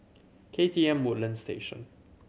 K T M Woodlands Station